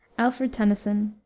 alfred tennyson,